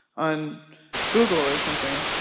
on google or something.